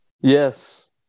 Yes